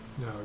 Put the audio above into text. No